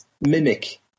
mimic